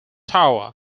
tower